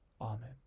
Amen